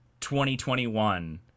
2021